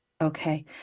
Okay